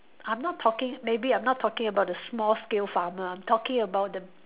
I'm not talking maybe I'm not talking about the small scale farmer I'm talking about the